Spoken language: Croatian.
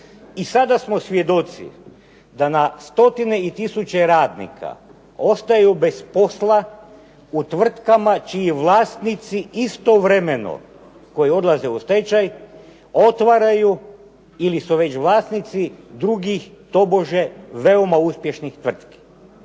I sada smo svjedoci da na stotine i tisuće radnika ostaju bez posla u tvrtkama čiji vlasnici istovremeno, koji odlaze u stečaj, otvaraju ili su već vlasnici drugih tobože veoma uspješnih tvrtki.